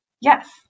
Yes